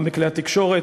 גם בכלי התקשורת,